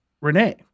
Renee